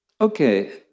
okay